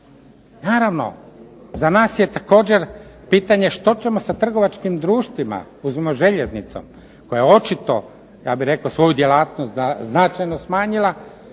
Naravno, za nas je također pitanje što ćemo sa trgovačkim društvima, uzmimo željeznicom, koja očito ja bih rekao svoju djelatnost znatno smanjila,